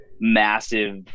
massive